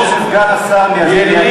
ברור שסגן השר מייצג,